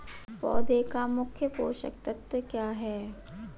पौधे का मुख्य पोषक तत्व क्या हैं?